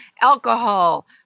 alcohol